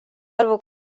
arvu